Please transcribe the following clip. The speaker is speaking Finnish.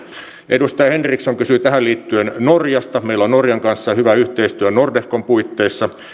edustaja henriksson kysyi tähän liittyen norjasta meillä on norjan kanssa hyvä yhteistyö nordefcon puitteissa